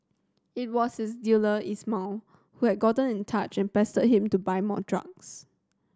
it was his dealer Ismail who had gotten in touch and pestered him to buy more drugs